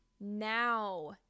now